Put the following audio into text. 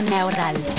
Neural